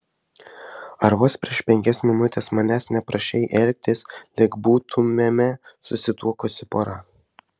ar vos prieš penkias minutes manęs neprašei elgtis lyg būtumėme susituokusi pora